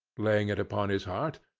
laying it upon his heart,